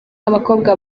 abakobwa